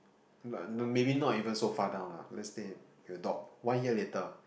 but not maybe not even so fast down lah let's say you thought one year later